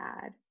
bad